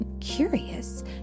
Curious